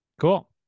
Cool